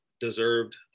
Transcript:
deserved